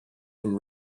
and